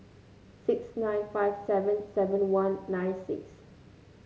six nine five seven seven one nine six